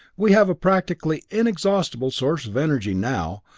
we have a practically inexhaustible source of energy now,